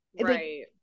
right